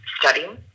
studying